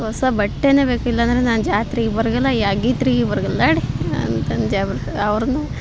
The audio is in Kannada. ಹೊಸ ಬಟ್ಟೆನೇ ಬೇಕು ಇಲ್ಲಾಂದರೆ ನಾನು ಜಾತ್ರಿಗೆ ಬರ್ಗಲ್ಲ ಯಾವ ಗೀತ್ರಿಗು ಬರ್ಗಲ್ಲಡಿ ಅಂತಂದ ಜಬ್ರ ಅವರನ್ನು